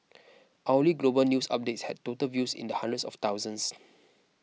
hourly global news updates had total views in the hundreds of thousands